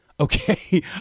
Okay